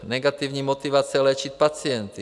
Negativní motivace léčit pacienty.